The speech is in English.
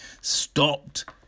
stopped